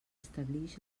establix